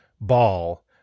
ball